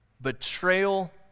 betrayal